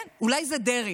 כן, אולי זה דרעי.